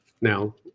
Now